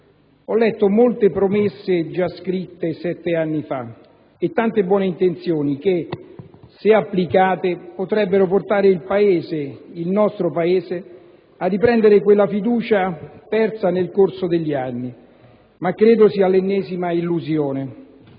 Ho letto molte promesse già scritte sette anni fa e tante buone intenzioni che, se applicate, potrebbero portare il Paese, il nostro Paese, a riprendere quella fiducia persa nel corso degli anni. Credo però si tratti dell'ennesima illusione